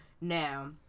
Now